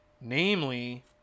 namely